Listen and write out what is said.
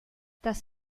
das